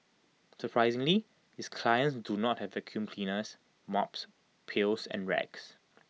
surprisingly his clients do not have vacuum cleaners mops pails and rags